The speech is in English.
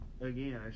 Again